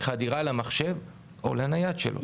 חדירה למחשב או לנייד שלו.